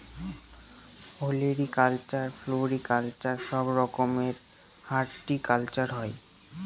olericulture, floriculture সব রকমের horticulture হয়